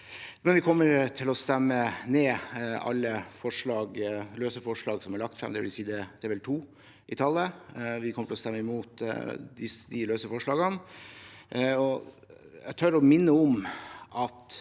Vi kommer til å stemme ned alle løse forslag som er lagt fram, det er vel to i tallet. Vi kommer til å stemme imot dem. Jeg tør minne om at